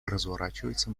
разворачивается